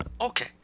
Okay